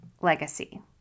legacy